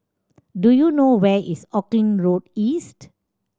do you know where is Auckland Road East